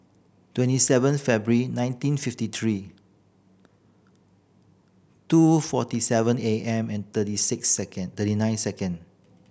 twenty seven February nineteen fifty three two forty seven A M and thirty six second thirty nine second